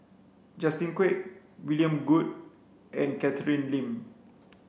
Justin Quek William Goode and Catherine Lim